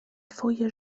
twoje